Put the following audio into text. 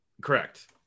Correct